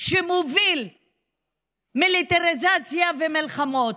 שמוביל מיליטריזציה ומלחמות,